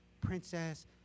princess